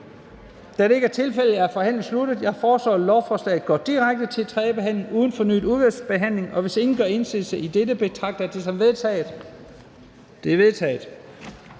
tiltrådt af udvalget? Det er vedtaget. Jeg foreslår, at lovforslaget går direkte til tredje behandling uden fornyet udvalgsbehandling, og hvis ingen gør indsigelse mod dette, betragter jeg det som vedtaget. Det er vedtaget.